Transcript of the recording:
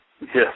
Yes